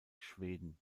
schweden